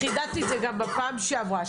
חידדתי את זה גם בפעם שעברה.